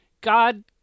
God